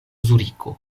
zuriko